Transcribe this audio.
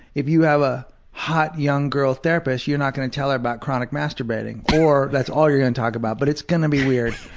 if you have a hot young girl therapist, you're not gonna tell her about chronic masturbation. or that's all you're gonna talk about. but it's gonna be weird.